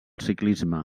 ciclisme